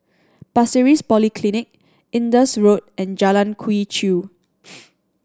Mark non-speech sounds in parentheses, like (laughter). Pasir Ris Polyclinic Indus Road and Jalan Quee Chew (noise)